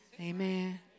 Amen